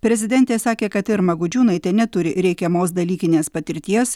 prezidentė sakė kad irma gudžiūnaitė neturi reikiamos dalykinės patirties